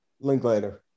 Linklater